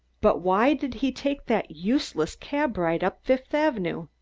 but why did he take that useless cab ride up fifth avenue?